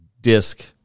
disc